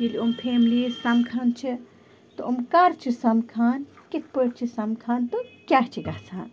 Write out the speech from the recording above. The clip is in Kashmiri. ییٚلہِ یِم فیملی سَمکھان چھِ تہٕ یِم کَر چھِ سَمکھان کِتھ پٲٹھۍ چھِ سَمکھان تہٕ کیٛاہ چھِ گژھان